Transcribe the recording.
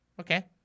Okay